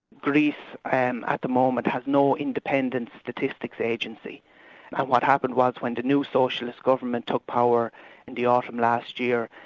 greece at the moment has no independent statistics agency. and what happened was when the new socialist government took power in the autumn last year,